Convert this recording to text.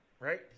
Right